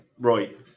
Right